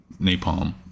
napalm